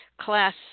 Class